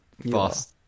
fast